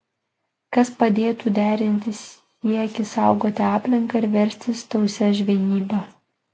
kas padėtų derinti siekį saugoti aplinką ir verstis tausia žvejyba